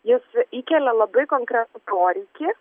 jis įkelia labai konkretų poreikį